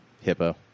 Hippo